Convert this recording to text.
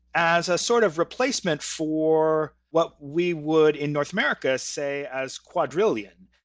as a sort of replacement for what we would in north america say as! quadrillion.